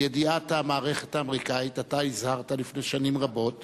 ידיעת המערכת האמריקנית, אתה הזהרת לפני שנים רבות